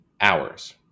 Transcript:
hours